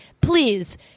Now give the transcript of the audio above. Please